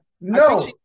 No